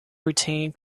retained